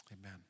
Amen